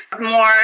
more